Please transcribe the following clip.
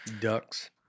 Ducks